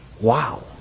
Wow